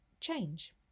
change